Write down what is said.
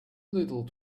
little